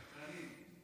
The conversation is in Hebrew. שקרנים,